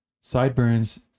Sideburns